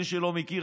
מי שלא מכיר,